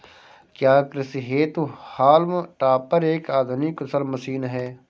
क्या कृषि हेतु हॉल्म टॉपर एक आधुनिक कुशल मशीन है?